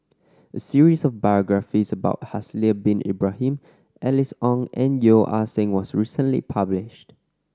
a series of biographies about Haslir Bin Ibrahim Alice Ong and Yeo Ah Seng was recently published